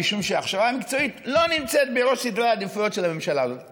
משום שההכשרה המקצועית לא נמצאת בראש סדר העדיפויות של הממשלה הזאת.